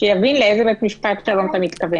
שיבין לאיזה בית משפט שלום אתה מתכוון.